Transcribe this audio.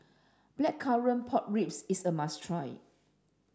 blackcurrant pork ribs is a must try